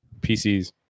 PCs